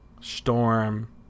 Storm